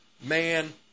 man